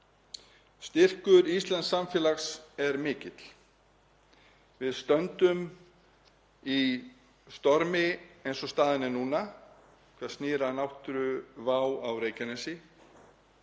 Styrkur íslensks samfélags er mikill. Við stöndum í stormi eins og staðan er núna hvað snýr að náttúruvá á Reykjanesskaga